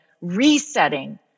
resetting